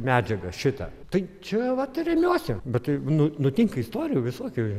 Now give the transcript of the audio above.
medžiagą šitą tai čia vat ir remiuosi bet taip nu nutinka istorijų visokių